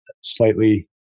slightly